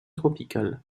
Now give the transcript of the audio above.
tropicale